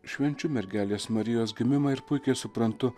švenčiu mergelės marijos gimimą ir puikiai suprantu